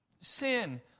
sin